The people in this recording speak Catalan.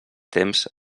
temps